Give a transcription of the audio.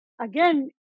again